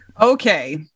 Okay